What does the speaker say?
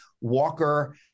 Walker